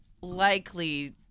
likely